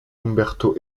umberto